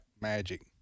magic